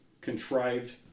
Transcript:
contrived